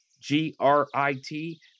G-R-I-T